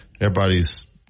everybody's